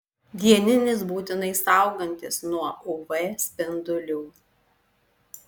dieninis būtinai saugantis nuo uv spindulių